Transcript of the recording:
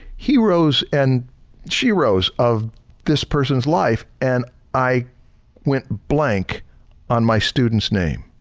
he rose and she rose of this person's life and i went blank on my students name.